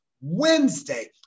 Wednesday